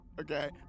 okay